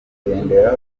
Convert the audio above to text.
kugendera